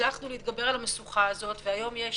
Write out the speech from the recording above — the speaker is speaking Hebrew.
שהצלחנו להתגבר על המשוכה הזאת והיום יש